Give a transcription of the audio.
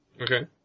Okay